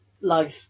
life